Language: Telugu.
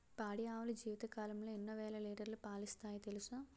పాడి ఆవులు జీవితకాలంలో ఎన్నో వేల లీటర్లు పాలిస్తాయి తెలుసా